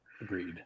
agreed